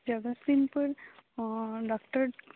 Jagatsinghpur doctor